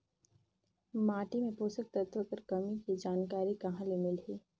माटी मे पोषक तत्व कर कमी के जानकारी कहां ले मिलही?